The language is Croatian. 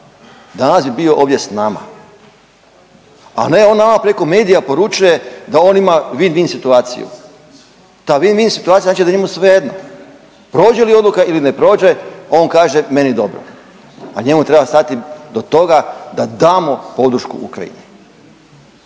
danas bi bio ovdje s nama, a ne on nama preko medija poručuje da on ima win-win situaciju. Ta win-win situacija znači da je njemu svejedno prođe li odluka ili ne prođe on kaže meni dobro. A njemu treba stati do toga da damo podršku Ukrajini.